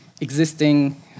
existing